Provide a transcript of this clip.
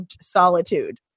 solitude